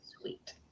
Sweet